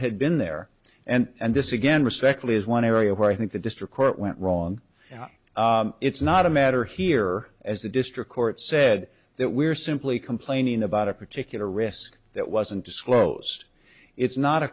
had been there and and this again respectfully is one area where i think the district court went wrong it's not a matter here as the district court said that we're simply complaining about a particular risk that wasn't disclosed it's not a